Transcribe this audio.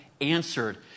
answered